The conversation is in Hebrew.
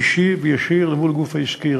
אישי וישיר אל מול הגוף העסקי.